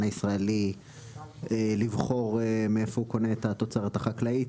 הישראלי לבחור מאיפה הוא קונה את התוצרת החקלאית,